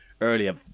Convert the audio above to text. earlier